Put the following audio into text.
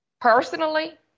personally